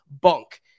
bunk